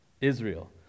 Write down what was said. Israel